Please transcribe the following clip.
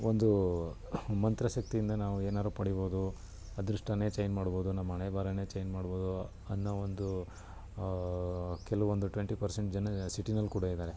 ಒಂದು ಮಂತ್ರ ಶಕ್ತಿಯಿಂದ ನಾವು ಏನಾದ್ರೂ ಪಡಿಬೋದು ಅದೃಷ್ಟವೇ ಚೇಂಜ್ ಮಾಡ್ಬೋದು ನಮ್ಮ ಹಣೆಬರಹನೆ ಚೇಂಜ್ ಮಾಡ್ಬೋದು ಅನ್ನೋ ಒಂದು ಕೆಲವೊಂದು ಟ್ವೆಂಟಿ ಪರ್ಸೆಂಟ್ ಜನ ಸಿಟಿಯಲ್ಲಿ ಕೂಡ ಇದ್ದಾರೆ